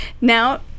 Now